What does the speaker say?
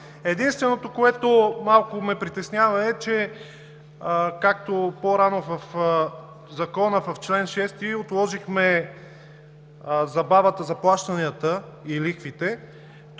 Единственото, което малко ме притеснява, както по-рано в Закона в чл. 6 отложихме забавата за плащанията и лихвите,